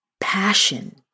passion